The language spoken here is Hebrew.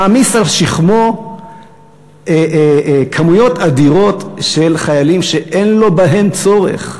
מעמיס על שכמו כמויות אדירות של חיילים שאין לו בהם צורך,